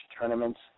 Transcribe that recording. tournaments